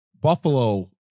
Buffalo